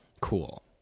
cool